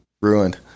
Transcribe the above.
Ruined